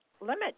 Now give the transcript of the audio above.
limit